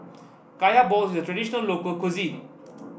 Kaya Balls is a traditional local cuisine